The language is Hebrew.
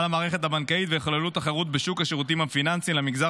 על המערכת הבנקאית ויחוללו תחרות בשוק השירותים הפיננסיים למגזר